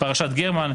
פרשת גרמן.